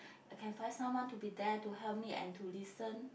I can find someone to be there to help me and to listen